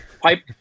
pipe